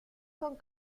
son